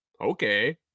Okay